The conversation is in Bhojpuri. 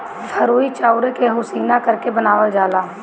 फरुई चाउरे के उसिना करके बनावल जाला